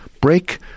break